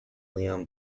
leon